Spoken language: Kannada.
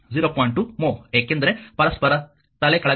2 mho ಏಕೆಂದರೆ ಪರಸ್ಪರ ತಲೆಕೆಳಗಾಗಿದೆ